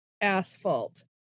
asphalt